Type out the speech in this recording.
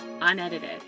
unedited